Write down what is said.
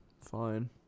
fine